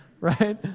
right